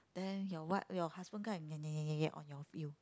then your wife your husband come and on your feel